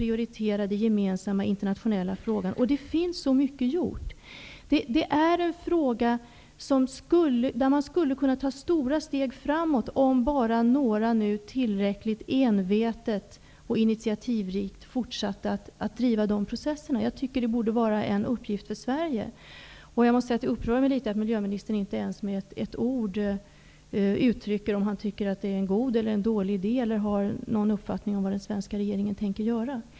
Det finns så mycket gjort. Detta är en fråga där man skulle kunna ta stora steg framåt, om bara några länder nu tillräckligt envetet och initiativrikt fortsatte att driva de processerna. Jag tycker att det borde vara en uppgift för Sverige. Det upprör mig litet att miljöministern inte ens med ett ord ger uttryck för om han tycker att det är en god eller dålig idé eller om han har någon uppfattning om vad den svenska regeringen bör göra.